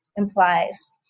implies